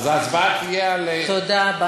תודה.